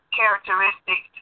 characteristic